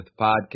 Podcast